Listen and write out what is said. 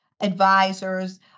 advisors